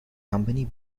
company